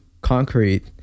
concrete